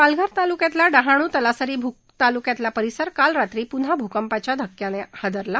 पालघर जिल्ह्यातल्या डहाणू तलासरी तालुक्यांतला परिसर काल रात्री पुन्हा भूकंपाच्या धक्क्यानं हादरला